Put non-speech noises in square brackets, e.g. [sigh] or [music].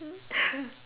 [laughs]